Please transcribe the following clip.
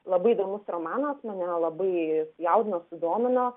labai įdomus romanas mane labai jaudino sudomino